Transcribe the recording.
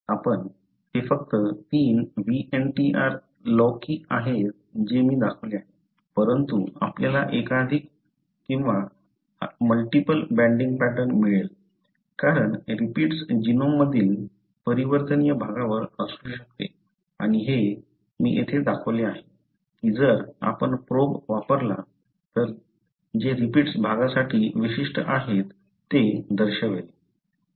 आपण हे फक्त तीन VNTR लोकी आहेत जे मी दाखवले आहे परंतु आपल्याला एकाधिक बँडिंग पॅटर्न मिळेल कारण रिपीट्स जीनोममधील परिवर्तनीय भागावर असू शकते आणि हे मी येथे दाखवले आहे की जर आपण प्रोब वापरला तर जे रिपीट्स भागासाठी विशिष्ट आहे ते दर्शवेल